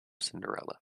cinderella